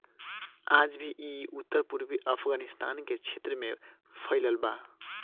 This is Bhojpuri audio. आज भी इ उत्तर पूर्वी अफगानिस्तान के क्षेत्र में फइलल बा